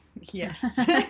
Yes